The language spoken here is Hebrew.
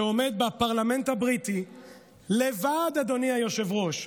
שעומד בפרלמנט הבריטי לבד, אדוני היושב-ראש,